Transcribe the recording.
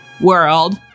world